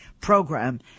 program